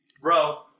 Bro